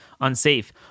unsafe